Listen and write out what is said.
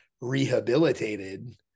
rehabilitated